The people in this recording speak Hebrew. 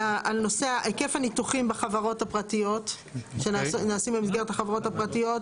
על היקף הניתוחים שנעשים במסגרת החברות הפרטיות,